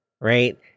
right